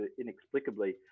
inexplicably